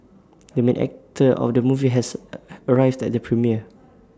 the main actor of the movie has arrived at the premiere